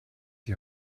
die